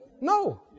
no